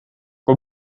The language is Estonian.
kui